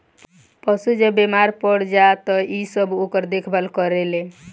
पशु जब बेमार पड़ जाए त इ सब ओकर देखभाल करेल